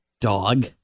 dog